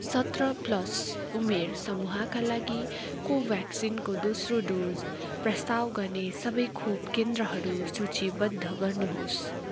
सत्र प्लस उमेर समूहका लागि कोभ्याक्सिनको दोस्रो डोज प्रस्ताव गर्ने सबै खोपकेन्द्रहरू सूचीबद्ध गर्नुहोस्